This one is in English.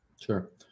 Sure